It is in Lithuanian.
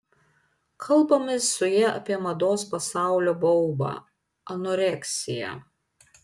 kalbamės su ja apie mados pasaulio baubą anoreksiją